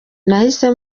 nahise